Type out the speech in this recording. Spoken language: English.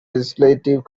legislative